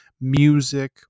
music